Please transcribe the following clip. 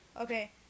Okay